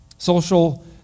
Social